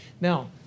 Now